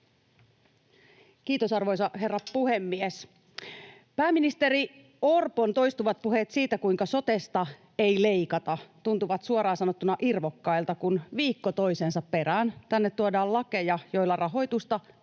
Kiitos, arvoisa herra puhemies! Pääministeri Orpon toistuvat puheet siitä, kuinka sotesta ei leikata, tuntuvat suoraan sanottuna irvokkailta, kun viikko toisensa perään tänne tuodaan lakeja, joilla rahoitusta